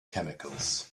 chemicals